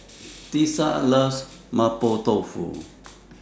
Tisa loves Mapo Tofu